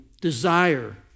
desire